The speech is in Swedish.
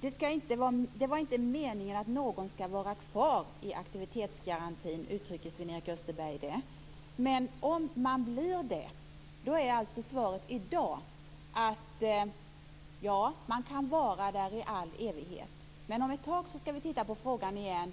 Det är inte meningen att någon ska vara kvar i aktivitetsgarantin, uttrycker Sven-Erik Österberg det. Men om man blir det så är alltså svaret i dag: Ja, man kan vara där i all evighet. Men om ett tag ska vi titta på frågan igen.